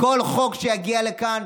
כל חוק שיגיע כאן,